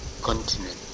continent